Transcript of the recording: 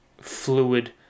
fluid